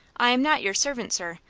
i am not your servant, sir.